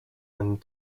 and